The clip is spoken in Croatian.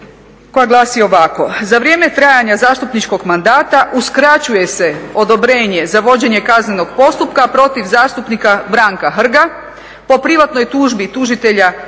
koja glasi ovako: "Za vrijeme trajanja zastupničkog mandata uskraćuje se odobrenje za vođenje kaznenog postupka protiv zastupnika Branka Hrga po privatnoj tužbi tužitelja